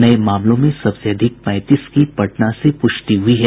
नये मामलों में सबसे अधिक पैंतीस की पटना से पुष्टि हुई है